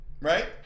Right